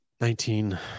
Nineteen